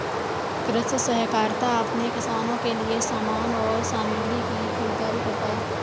कृषि सहकारिता अपने किसानों के लिए समान और सामग्री की खरीदारी करता है